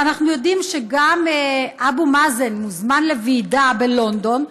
ואנחנו יודעים שגם אבו מאזן מוזמן לוועידה בלונדון,